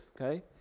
okay